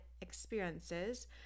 experiences